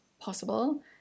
possible